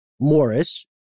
Morris